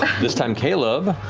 this time caleb.